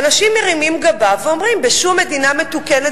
ואנשים מרימים גבה ואומרים: בשום מדינה מתוקנת